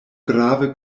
grave